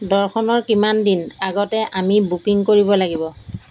দৰ্শনৰ কিমান দিন আগতে আমি বুকিং কৰিব লাগিব